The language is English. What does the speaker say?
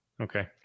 Okay